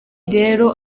rero